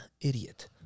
Idiot